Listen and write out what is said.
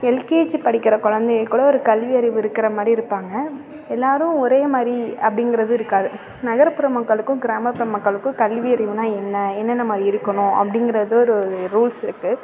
LKG படிக்கிற குழந்தைக கூட ஒரு கல்வியறிவு இருக்கிற மாதிரி இருப்பாங்க எல்லோரும் ஒரே மாதிரி அப்படிங்கிறது இருக்காது நகர்ப்புற மக்களுக்கும் கிராமப்புற மக்களுக்கும் கல்வியறிவுன்னா என்ன என்னென்ன மாதிரி இருக்கணும் அப்படிங்கிறது ஒரு ஒரு ரூல்ஸ் இருக்குது